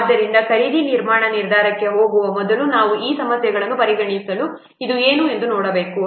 ಆದ್ದರಿಂದ ಖರೀದಿ ನಿರ್ಮಾಣ ನಿರ್ಧಾರಕ್ಕೆ ಹೋಗುವ ಮೊದಲು ನಾವು ಈ ಸಮಸ್ಯೆಗಳನ್ನು ಪರಿಗಣಿಸಬೇಕು ಇದು ನಾವು ಏನೆಂದು ನೋಡಬೇಕು